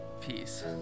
peace